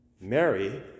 Mary